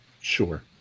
Sure